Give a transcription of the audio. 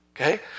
Okay